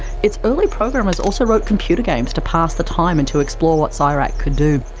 its early programmers also wrote computer games to pass the time and to explore what so csirac could do.